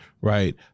right